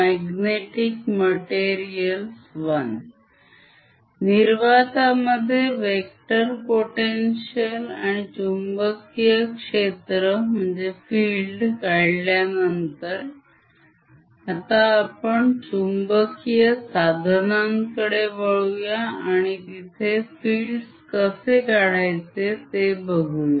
magnetic materials 1 निर्वातामध्ये vector potential आणि चुम्बकीय क्षेत्र काढल्यानंतर आता आपण चुंबकीय साधनांकडे वळूया आणि तिथे fields कसे काढायचे ते बघूया